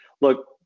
Look